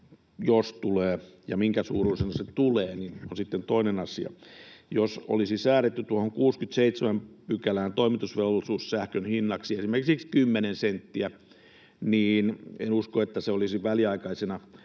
jos tulee — ja minkä suuruisena se tulee, se on sitten toinen asia. Jos olisi säädetty tuohon 67 §:ään toimitusvelvollisuussähkön hinnaksi esimerkiksi kymmenen senttiä, niin en usko, että se olisi väliaikaisena